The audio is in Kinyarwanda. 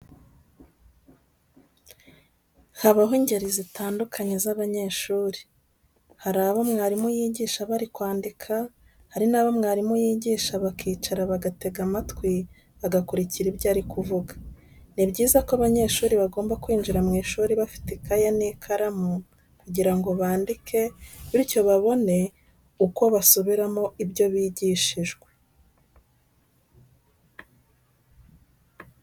Habaho ingeri zitandukanye z'abanyeshuri. Hari abo mwarimu yigisha bari kwandika, hari n'abo mwarimu yigisha, bakicara bagatega amatwi bagakurikira ibyo ari kuvuga. Ni byiza ko abanyeshuri bagomba kwinjira mu ishuri bafite ikayi n'ikaramu, kugira ngo bandike, bityo babone uko basubiramo ibyo bigishijwe.